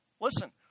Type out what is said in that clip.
Listen